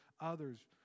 others